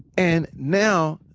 and now,